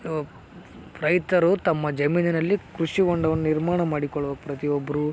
ರೈತರು ತಮ್ಮ ಜಮೀನಿನಲ್ಲಿ ಕೃಷಿ ಹೊಂಡವನ್ನು ನಿರ್ಮಾಣ ಮಾಡಿಕೊಳ್ಳುವ ಪ್ರತಿ ಒಬ್ಬರು